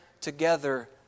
together